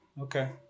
Okay